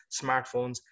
smartphones